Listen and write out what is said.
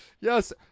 Yes